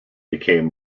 became